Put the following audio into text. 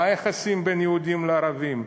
מה היחסים בין יהודים לערבים.